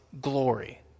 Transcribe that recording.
glory